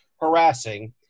harassing